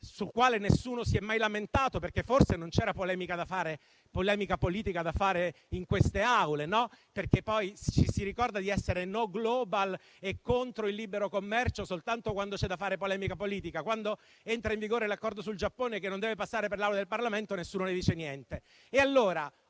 di cui nessuno si è mai lamentato, forse perché non c'era polemica politica da fare in queste Aule. Ci si ricorda infatti di essere *no global* e contro il libero commercio soltanto quando c'è da fare polemica politica; quando entra in vigore un accordo con il Giappone, che non deve passare per le Aule del Parlamento, nessuno dice niente.